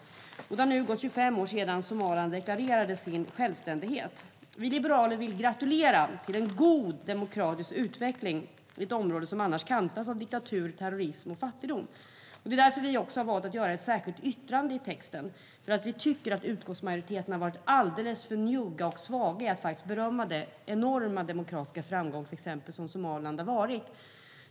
Det har nu gått 25 år sedan Somaliland deklarerade sin självständighet. Vi liberaler vill gratulera till en god demokratisk utveckling i ett område som annars kantas av diktatur, terrorism och fattigdom. Det är därför som vi har valt att göra ett särskilt yttrande, eftersom vi tycker att utskottsmajoriteten har varit alldeles för njugg och svag när det gäller att faktiskt berömma det enorma demokratiska framgångsexempel som Somaliland har varit.